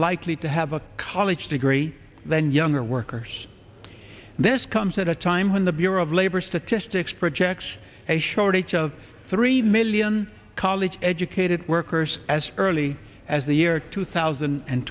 likely to have a college degree than younger workers this comes at a time when the bureau of labor statistics projects a shortage of three million college educated workers as early as the year two thousand and